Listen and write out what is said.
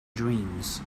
dreams